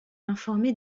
informé